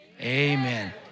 amen